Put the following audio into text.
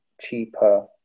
cheaper